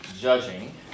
judging